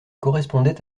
correspondait